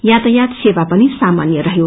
यातायात सेवा पनि साामान्य रहयो